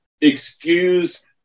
excuse